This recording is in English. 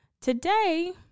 today